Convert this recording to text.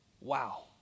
wow